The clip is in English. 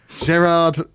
Gerard